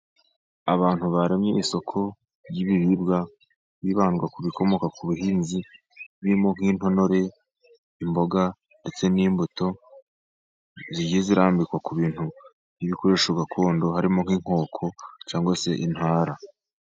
Abantu baremye isoko ry'ibiribwa bibanda ku bikomoka ku buhinzi birimo: nk'intonore, imboga ndetse n'imbuto, zigiye zirambikwa ku bintu by'ibikoresho gakondo harimo nk'inkoko cyangwa se intara.